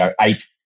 eight